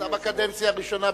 אתה בקדנציה הראשונה.